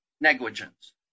negligence